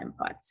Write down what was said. inputs